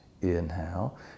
inhale